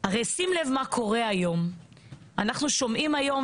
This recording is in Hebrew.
שים לב - אנחנו שומעים היום,